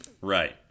Right